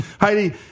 Heidi